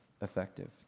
effective